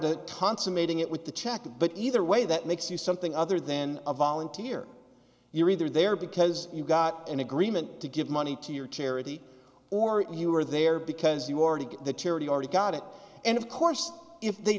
it with the check but either way that makes you something other than a volunteer you're either there because you've got an agreement to give money to your charity or you are there because you already get the charity already got it and of course if they